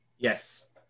Yes